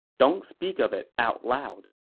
don't speak of it out loud.